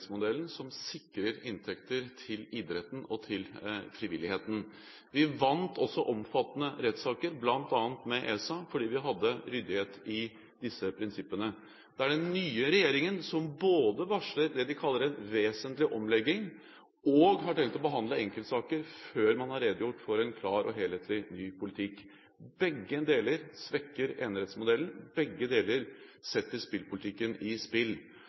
som sikrer inntekter til idretten og til frivilligheten. Vi vant også omfattende rettssaker, bl.a. med ESA, fordi vi hadde ryddighet i disse prinsippene. Det er den nye regjeringen som både varsler det de kaller en vesentlig omlegging, og har tenkt å behandle enkeltsaker før man har redegjort for en klar og helhetlig ny politikk. Begge deler svekker enerettsmodellen, begge deler setter spillpolitikken i spill.